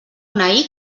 una